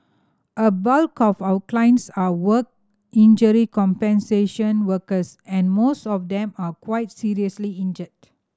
a bulk of our clients are work injury compensation workers and most of them are quite seriously injured